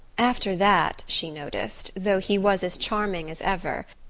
after that, she noticed, though he was as charming as ever,